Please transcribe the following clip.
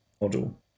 model